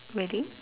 really